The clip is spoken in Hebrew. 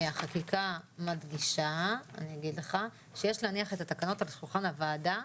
החקיקה מדגישה שיש להניח את התקנות על שולחן הוועדה.